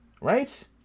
Right